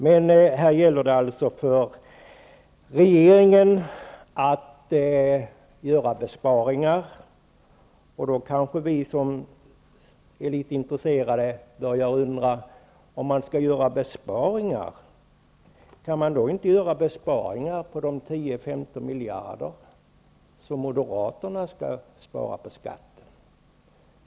Men här gäller det för regeringen att göra besparingar. Då kanske vi som är litet intresserade börjar undra om man skall göra besparingar kanske man kan göra besparingar på de 10--15 miljarder som Moderaterna skall spara på skatten.